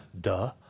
Duh